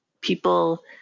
people